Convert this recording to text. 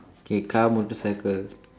K car motorcycle